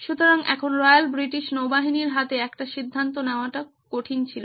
সুতরাং এখন royal British নৌবাহিনী র হাতে একটি সিদ্ধান্ত নেওয়াটা কঠিন ছিল